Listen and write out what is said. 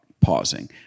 pausing